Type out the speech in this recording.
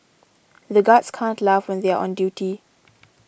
the guards can't laugh when they are on duty